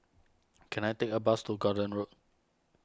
can I take a bus to Gordon Road